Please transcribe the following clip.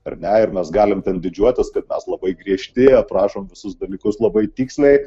ar ne ir mes galim ten didžiuotis kad mes labai griežti aprašom visus dalykus labai tiksliai